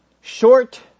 short